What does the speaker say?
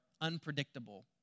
unpredictable